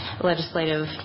legislative